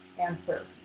answer